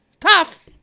Tough